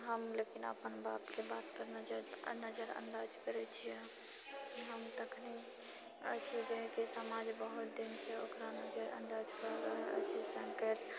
हम लेकिन अपन बापके बातपर नजर नजर अन्दाज करै छियै हम तखनी अछि जें कि समाज बहुत दिनसँ ओकरा नजरअन्दाज करै अछि सङ्केत